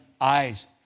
eyes